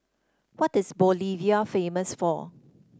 what is Bolivia famous for